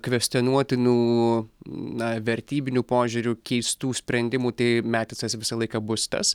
kvestionuotinų na vertybiniu požiūriu keistų sprendimų tai metisas visą laiką bus tas